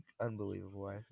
unbelievable